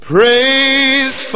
Praise